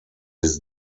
his